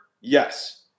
Yes